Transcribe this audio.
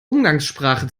umgangssprache